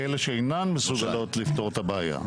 אלה שאינן מסוגלות לפתור את הבעיה.